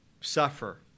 suffer